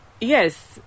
yes